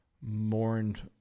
mourned